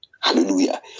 Hallelujah